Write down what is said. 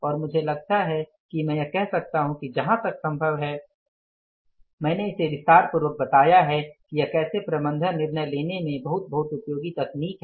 और मुझे लगता है कि मै यह कह सकता हूँ कि जहा तक सभव है मैंने इसे विस्तारपुर्वक बताया है कि यह कैसे प्रबंधन निर्णय लेने में बहुत बहुत उपयोगी तकनीक है